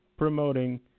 promoting